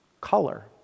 Color